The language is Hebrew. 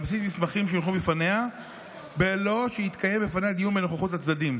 בסיס מסמכים שיונחו בפניה בלא שיתקיים בפניה דיון בנוכחות הצדדים.